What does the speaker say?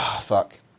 fuck